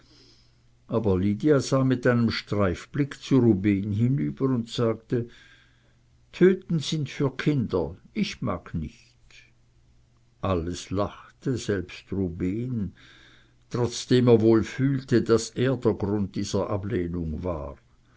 sah mit einem streifblick zu rubehn hinüber und sagte tüten sind für kinder ich mag nicht alles lachte selbst rubehn trotzdem er wohl fühlte daß er der grund dieser ablehnung war